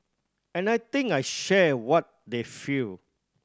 and I think I share what they feel